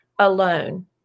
alone